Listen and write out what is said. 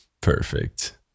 Perfect